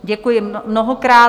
Děkuji mnohokrát.